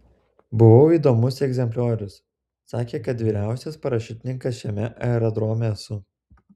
buvau įdomus egzempliorius sakė kad vyriausias parašiutininkas šiame aerodrome esu